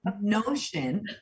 notion